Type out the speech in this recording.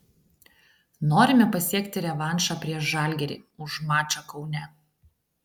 norime pasiekti revanšą prieš žalgirį už mačą kaune